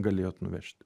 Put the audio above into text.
galėjot nuvežti